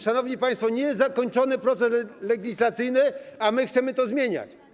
Szanowni państwo, niezakończony proces legislacyjny, a my chcemy to zmieniać.